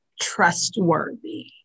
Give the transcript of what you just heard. trustworthy